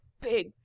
big